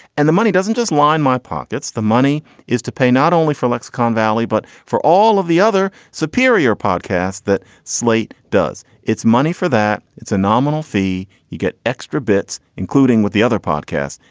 and the money doesn't just line my pockets. the money is to pay not only for lexicon valley, but for all of the other superior podcasts that slate does. it's money for that. it's a nominal fee. you get extra bits, including with the other podcasts,